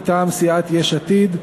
מטעם סיעת יש עתיד,